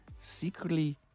secretly